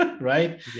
right